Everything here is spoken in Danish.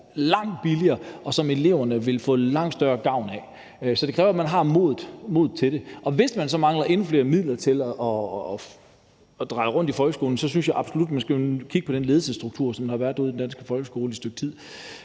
langt billigere, og som eleverne vil få langt større gavn af, men det kræver, at man har modet til det. Og hvis man så mangler endnu flere midler til at få det til at løbe rundt i folkeskolen, synes jeg absolut man skal kigge på den ledelsesstruktur, der har været ude i den danske folkeskole et stykke tid.